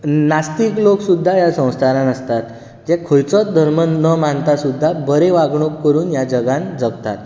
नास्तीक लोक सुद्धा ह्या संवसारांत आसतात जे खंयचोच धर्म न मानतात सुद्धा बरें वागणूक करून ह्या जगान जगतात